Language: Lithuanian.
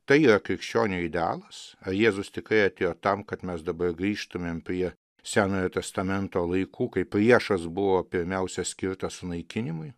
tai yra krikščionio idealas ar jėzus tikrai atėjo tam kad mes dabar grįžtumėm prie senojo testamento laikų kai priešas buvo pirmiausia skirtas sunaikinimui